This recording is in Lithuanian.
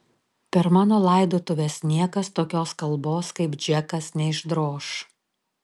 per mano laidotuves niekas tokios kalbos kaip džekas neišdroš